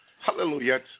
hallelujah